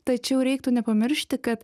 tačiau reiktų nepamiršti kad